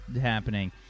happening